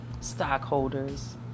stockholders